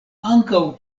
ankaŭ